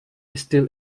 still